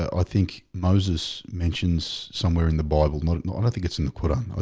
i think moses mentions somewhere in the bible not it not i think it's in the quran.